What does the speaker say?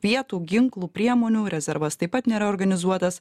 vietų ginklų priemonių rezervas taip pat nėra organizuotas